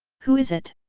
who is it?